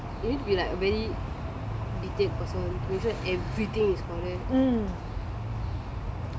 so is really like is it be like very detailed person every day is பாரு:paaru